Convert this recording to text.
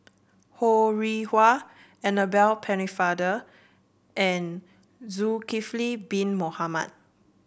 Ho Rih Hwa Annabel Pennefather and Zulkifli Bin Mohamed